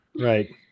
right